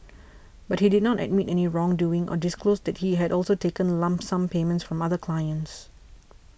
but he did not admit any wrongdoing or disclose that he had also taken lump sum payments from other clients